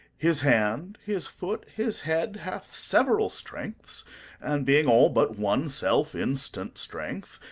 his hand, his foot, his head hath several strengths and being all but one self instant strength,